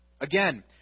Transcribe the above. Again